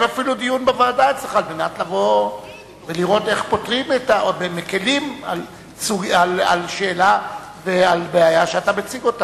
שתקיים דיון בוועדה אצלך כדי לראות איך מקלים את הבעיה שאתה מציג.